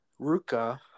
Ruka